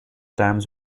dams